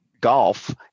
golf